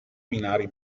binari